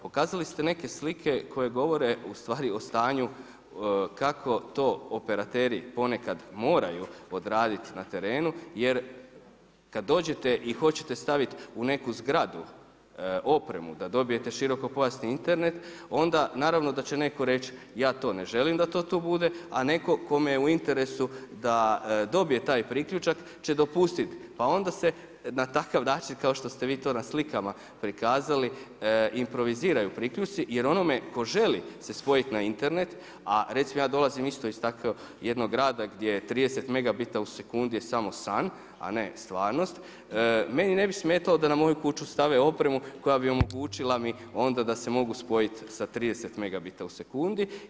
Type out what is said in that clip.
Pokazali ste neke slike koje govore o stanju kako to operateri ponekad moraju odraditi na terenu jer kada dođete i hoćete staviti u neku zgradu opremu da dobijete širokopojasni Internet onda naravno da će neko reći, ja to ne želim da to bude, a neko kome je u interesu da dobije taj priključak će dopustiti pa onda se na takav način kao što ste vi to na slikama prikazali improviziraju priključci jer onome tko želi se spojiti na Internet, a recimo ja dolazim isto tako jednog rada gdje je 30 megabita u sekundi je samo san, a ne stvarnost meni ne bi smetalo da na moju kuću stave opremu koja bi omogućila mi onda da se mogu spojiti sa 30 megabita u sekundi.